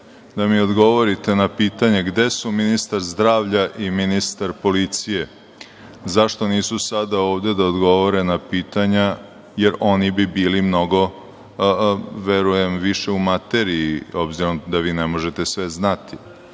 da mi odgovorite na pitanje gde su ministar zdravlja i ministar policije, zašto nisu sada ovde da odgovore na pitanja, jer oni bi bili, verujem, mnogo više u materiji, obzirom da vi ne možete sve znati? Druga